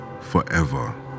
forever